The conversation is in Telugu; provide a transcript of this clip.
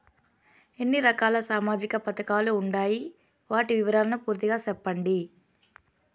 ఎన్ని రకాల సామాజిక పథకాలు ఉండాయి? వాటి వివరాలు పూర్తిగా సెప్పండి?